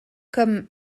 comme